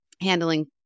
handling